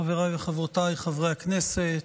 חבריי וחברותיי חברי הכנסת,